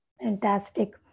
Fantastic